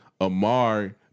Amar